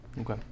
okay